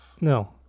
No